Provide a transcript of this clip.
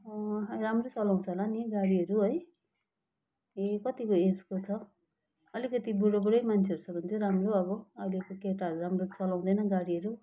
राम्रै चलाउँछ होला नि गाडीहरू है ए कतिको एजको छ अलिकति बुढोबुढै मान्छेहरू छ भने चाहिँ राम्रो अब अहिलेको केटाहरू राम्रो चलाउँदैन गाडीहरू